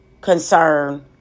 concern